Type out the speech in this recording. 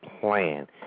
plan